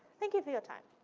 thank you for your time.